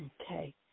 Okay